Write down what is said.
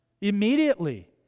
Immediately